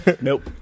Nope